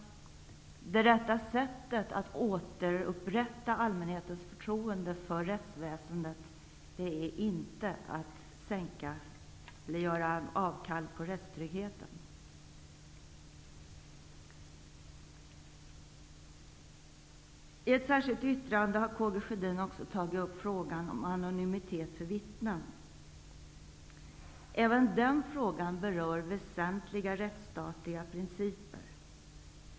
Det rätta sättet att återupprätta allmänhetens förtroende för rättsväsendet är inte att göra avkall på rättstryggheten. I ett särskilt yttrande har Karl Gustaf Sjödin tagit upp frågan om anonymitet för vittnen. Även den frågan rör väsentliga rättsstatliga principer.